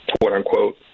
quote-unquote